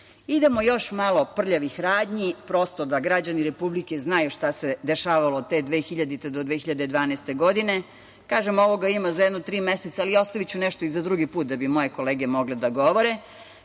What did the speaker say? moći. Idemo, još malo prljavih radnji, prosto, da građani Republike znaju šta se dešavalo od te 2000. godine do 2012. godine, kažem, ovoga ima za jedno tri meseca, ali ostaviću nešto i za drugi put da bi moje kolege mogle da govore. Bivši